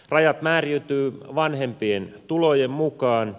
rajat määräytyvät vanhempien tulojen mukaan